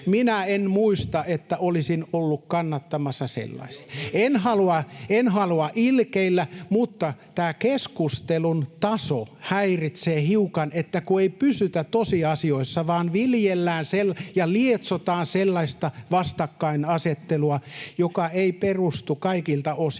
Minä en muista, että olisin ollut kannattamassa sellaisia. En halua ilkeillä, mutta tämä keskustelun taso häiritsee hiukan, kun ei pysytä tosiasioissa vaan viljellään ja lietsotaan sellaista vastakkainasettelua, joka ei perustu kaikilta osin